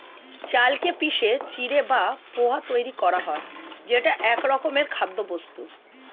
চালকে পিষে চিঁড়ে বা পোহা তৈরি করা হয় যেটা একরকমের খাদ্যবস্তু